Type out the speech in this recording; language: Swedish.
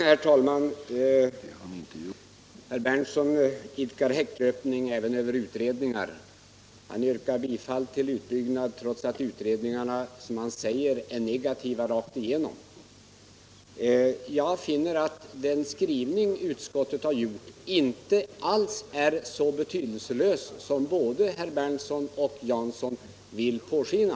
Herr talman! Herr Berndtson idkar häcklöpning även när det gäller utredningar. Han yrkar bifall till en utbyggnad trots att utredningarna, som han säger, är negativa rakt igenom. Jag finner att den skrivning som vi har gjort inte alls är så betydelselös som både herr Berndtson och herr Jansson vill låta påskina.